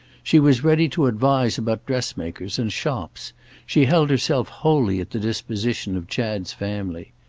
she was ready to advise about dressmakers and shops she held herself wholly at the disposition of chad's family.